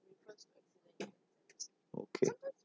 okay